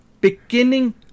beginning